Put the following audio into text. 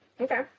Okay